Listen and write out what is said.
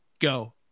Go